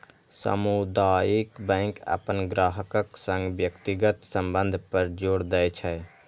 सामुदायिक बैंक अपन ग्राहकक संग व्यक्तिगत संबंध पर जोर दै छै